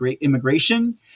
immigration